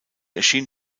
erschien